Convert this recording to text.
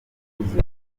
ukuze